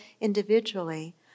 individually